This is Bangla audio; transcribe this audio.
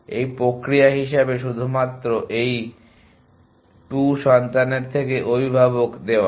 এই প্রক্রিয়া হিসাবে শুধুমাত্র এই 2 সন্তানের থেকে অভিভাবকদের দেওয়া